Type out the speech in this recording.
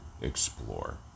Explore